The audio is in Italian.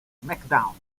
smackdown